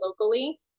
locally